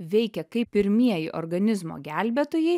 veikia kaip pirmieji organizmo gelbėtojai